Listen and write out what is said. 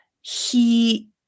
he-